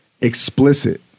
explicit